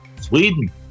Sweden